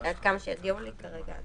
עד כמה שידוע לי כרגע.